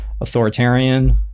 authoritarian